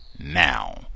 Now